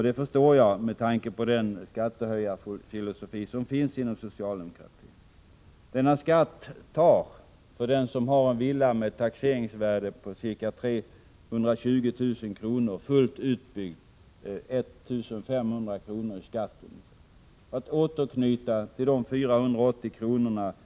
Det förstår jag med tanke på den skattehöjningsfilosofi som finns inom socialdemokratin. Denna skatt kostar, för den som har en villa med ett taxeringsvärde på ca 320 000 kr., fullt utbyggd 1 500 kr. Jag kan återknyta till de 400 kr.